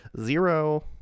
zero